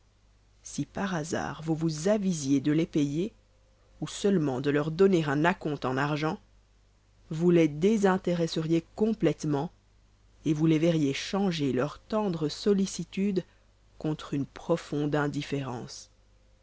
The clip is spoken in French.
si par hasard vous vous avisiez de les payer ou seulement de leur donner un à compte en argent vous les désintéresseriez complètement et vous les verriez changer leur tendre sollicitude contre une profonde indifférence